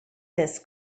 this